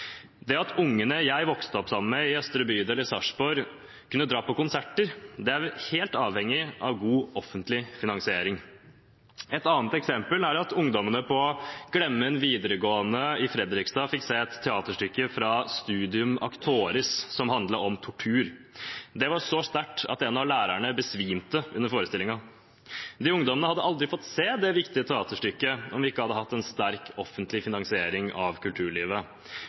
Det at ungene jeg vokste opp sammen med i Østre bydel i Sarpsborg kunne dra på konserter, er helt avhengig av god offentlig finansiering. Et annet eksempel er at ungdommene på Glemmen videregående skole i Fredrikstad fikk se et teaterstykke av Studium Actoris som handlet om tortur. Det var så sterkt at en av lærerne besvimte under forestillingen. De ungdommene hadde aldri fått se det viktige teaterstykket om vi ikke hadde hatt en sterk offentlig finansiering av kulturlivet.